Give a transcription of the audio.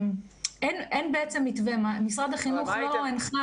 אין בעצם מתווה משרד החינוך לא הנחה